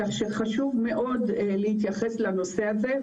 כך שחשוב מאוד להתייחס לנושא הזה.